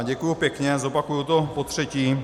Děkuji pěkně a zopakuji to potřetí.